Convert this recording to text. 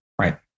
Right